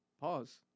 Pause